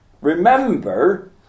Remember